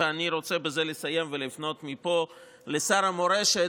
ואני רוצה בזה לסיים ולפנות מפה לשר המורשת,